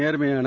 நேர்மையான